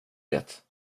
det